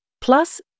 Plus